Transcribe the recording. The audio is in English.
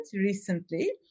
recently